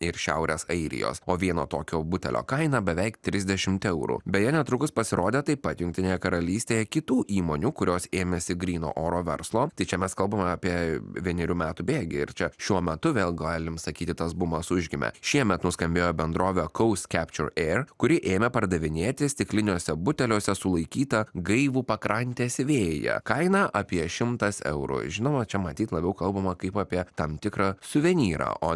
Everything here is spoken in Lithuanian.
ir šiaurės airijos o vieno tokio butelio kaina beveik trisdešimt eurų beje netrukus pasirodė taip pat jungtinėje karalystėje kitų įmonių kurios ėmėsi gryno oro verslo tai čia mes kalbame apie vienerių metų bėgyje ir čia šiuo metu vėl galim sakyti tas bumas užgimė šiemet nuskambėjo bendrovė coast capture air ir kuri ėmė pardavinėti stikliniuose buteliuose sulaikytą gaivų pakrantės vėją kaina apie šimtas eurų žinoma čia matyt labiau kalbama kaip apie tam tikrą suvenyrą o